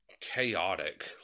Chaotic